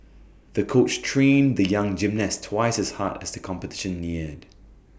the coach trained the young gymnast twice as hard as the competition neared